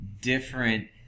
different